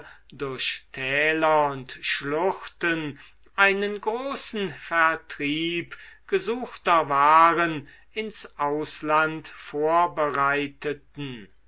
durch täler und schluchten einen großen vertrieb gesuchter waren ins ausland vorbereiteten